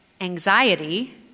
anxiety